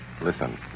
Listen